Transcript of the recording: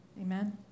Amen